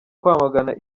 kwamagana